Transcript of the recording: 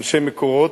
אנשי "מקורות",